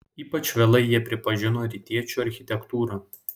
ypač vėlai jie pripažino rytiečių architektūrą